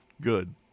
Good